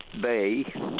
bay